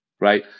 right